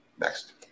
Next